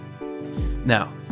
Now